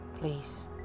Please